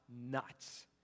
nuts